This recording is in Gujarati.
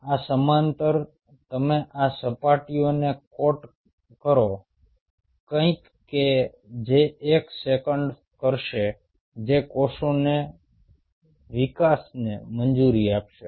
અને સમાંતર તમે આ સપાટીઓને કોટ કરો કંઈક કે જે એક સેકંડ કરશે જે કોષોના વિકાસને મંજૂરી આપશે